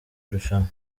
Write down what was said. rushanwa